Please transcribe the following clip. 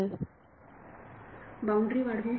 विद्यार्थी बाउंड्री वाढवू